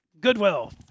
Goodwill